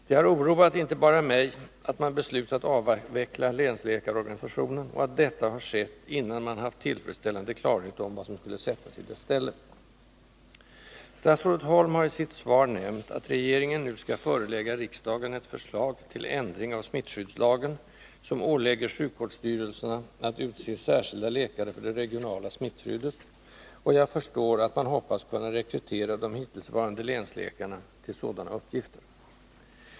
Det har oroat inte bara mig att man beslutat avveckla länsläkarorganisationen och att detta har skett, innan man haft tillfredsställande klarhet om vad som skulle sättas i dess ställe. Statsrådet Holm har i sitt svar nämnt att regeringen nu skall förelägga riksdagen ett förslag till ändring av smittskyddslagen, som ålägger sjukvårdsstyrelserna att utse särskilda läkare för det regionala smittskyddet, och jag förstår att man hoppas kunna rekrytera de hittillsvarande länsläkarna till sådana uppgifter.